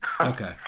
Okay